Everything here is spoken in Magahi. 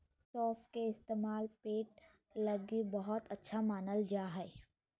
सौंफ के इस्तेमाल पेट लगी बहुते अच्छा मानल जा हय